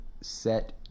set